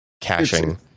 caching